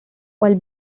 while